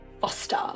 Foster